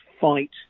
fight